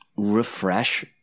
refresh